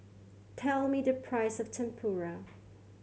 tell me the price of Tempura